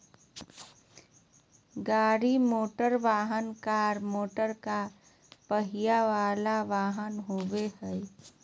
गाड़ी मोटरवाहन, car motorcar पहिया वला वाहन होबो हइ